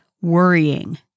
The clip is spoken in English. worrying